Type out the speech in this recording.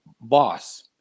boss